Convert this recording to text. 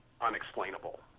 unexplainable